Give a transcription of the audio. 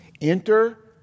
Enter